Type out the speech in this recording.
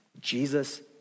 Jesus